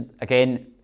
Again